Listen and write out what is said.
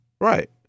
Right